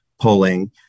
polling